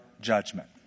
judgment